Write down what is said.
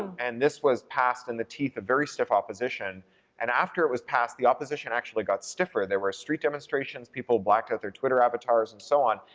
and this was passed in the teeth of very stiff opposition and after it was passed, the opposition actually got stiffer. there were street demonstrations, people blacked out their twitter avatars, and so on.